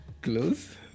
Close